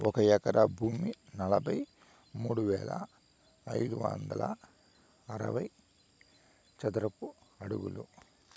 ఒక ఎకరా భూమి నలభై మూడు వేల ఐదు వందల అరవై చదరపు అడుగులు